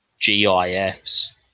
GIFs